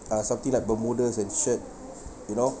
uh something like bermudas and shirt you know